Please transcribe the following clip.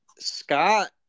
Scott